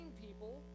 people